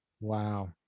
Wow